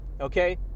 Okay